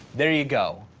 there you go.